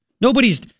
Nobody's